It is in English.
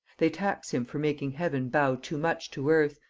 they tax him for making heaven bow too much to earth,